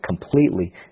completely